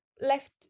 left